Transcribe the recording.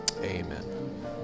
Amen